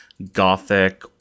Gothic